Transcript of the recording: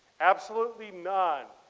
absolutely none.